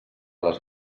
les